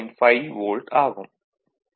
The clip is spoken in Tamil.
5 வோல்ட் ஆகும்